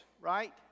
right